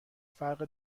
فرق